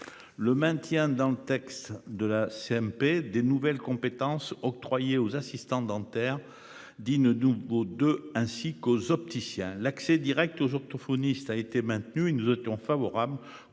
Le maintien dans le texte de la CMP des nouvelles compétences octroyées aux assistantes dentaires dit ne Dubau ainsi qu'aux opticiens l'accès Direct aux orthophonistes a été maintenu. Il nous étions favorable